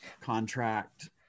contract